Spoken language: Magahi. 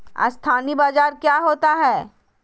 अस्थानी बाजार क्या होता है?